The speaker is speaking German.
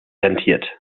rentiert